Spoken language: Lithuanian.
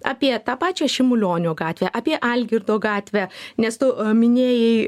apie tą pačią šimulionio gatvėje apie algirdo gatvę nes tu minėjai